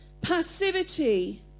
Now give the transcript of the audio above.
passivity